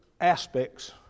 aspects